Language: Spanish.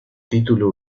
título